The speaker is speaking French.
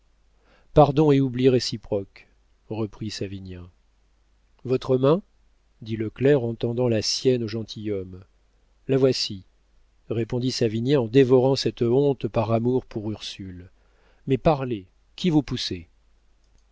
et oubli réciproque reprit savinien votre main dit le clerc en tendant la sienne au gentilhomme la voici répondit savinien en dévorant cette honte par amour pour ursule mais parlez qui vous poussait